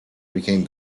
became